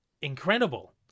incredible